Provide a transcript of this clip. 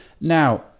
Now